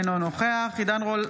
אינו נוכח עידן רול,